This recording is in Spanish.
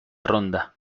ronda